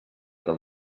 del